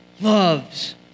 loves